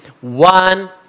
one